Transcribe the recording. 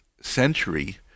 century